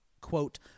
quote